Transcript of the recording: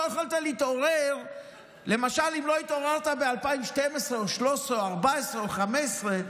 אם לא התעוררת ב-2012 או 2013 או 2014 או 2015,